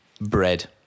Bread